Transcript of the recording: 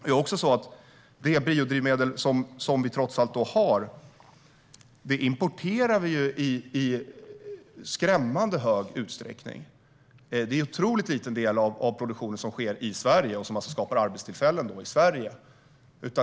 Det är också så att de biodrivmedel vi har importerar vi i skrämmande hög utsträckning. Det är en otroligt liten del av produktionen som sker i Sverige och därmed skapar arbetstillfällen i Sverige.